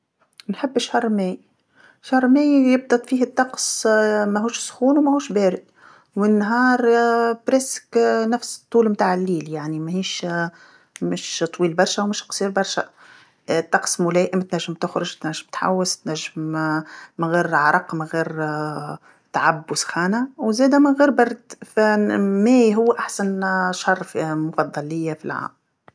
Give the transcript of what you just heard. نحب شهر ماي، شهر ماي يبدا فيه الطقس ماهوش سخون وماهوش بارد، والنهار تقريبا نفس الطول تاع الليل يعني، ماهيش مش طويل برشا ومش قصير برشا، طقس ملائم تنجم تخرج تنجم تحوس تنجم من غير عرق من غير تعب وسخانه، وزيد من غير برد، فم- ماي هو أحسن شهر م- مفضل ليا في العام.